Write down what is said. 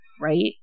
Right